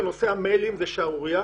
נושא המיילים הוא שערורייה.